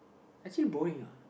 actually boring uh